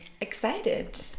excited